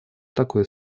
такой